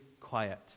quiet